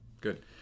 Good